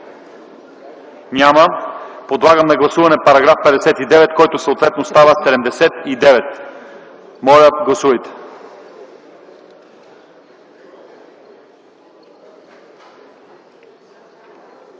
Няма. Подлагам на гласуване § 59, който съответно става § 79. Моля, гласувайте.